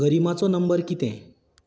गरिमाचो number कितें